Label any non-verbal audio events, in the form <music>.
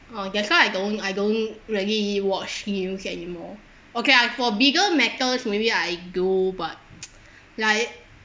oh that's why I don't I don't really watch news anymore okay ah for bigger matter maybe I do but <noise> like